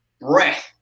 breath